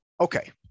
okay